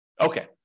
Okay